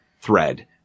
thread